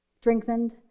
strengthened